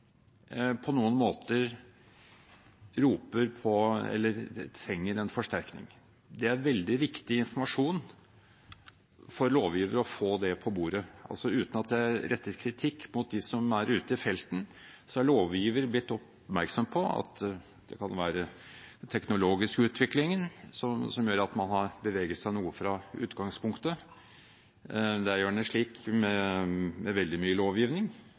på noen måter roper på – trenger – en forsterkning. Det er veldig viktig informasjon for lovgiveren å få det på bordet. Uten at det rettes kritikk mot dem som er ute i felten, er lovgiveren gjort oppmerksom på at det kan være den teknologiske utviklingen som gjør at man har beveget seg noe fra utgangspunktet. Det er gjerne slik med veldig mye lovgivning